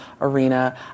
arena